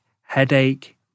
headache